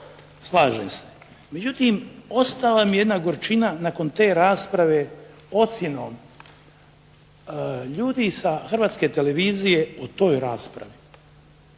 Slažem se, međutim ostala mi je jedna gorčina nakon te rasprave ocjenom ljudi sa Hrvatske televizije u toj raspravi.